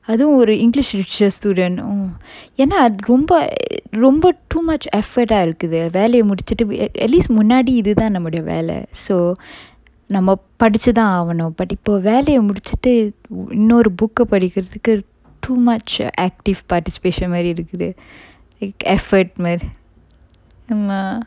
அதுவும் ஒரு:athuvum oru english literature student orh ஏன்னா ரொம்ப ரொம்ப:eanna romba romba too much effort ah இருக்குது வேலைய முடிச்சிட்டு:irukkuthu velaya mudichittu at least முன்னாடி இதுதான் நம்முடைய வேலை:munnadi ithuthaan nammudaya vela so நம்ம படிச்சு தான் ஆவனும்:namma padichu thaan aavanum but இப்ப வேலைய முடிச்சிட்டு இன்னொரு:ippa velaya mudichittu innoru book கு படிக்குறதுக்கு:ku padikkurathukku too much err active participation மாறி இருக்குது:mari irukkuthu effort mar~